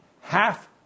half